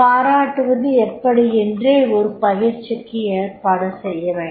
பாரட்டுவது எப்படி என்றே ஒரு பயிற்சிக்கு ஏற்பாடு செய்ய வேண்டும்